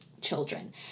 children